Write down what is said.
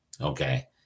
Okay